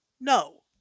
No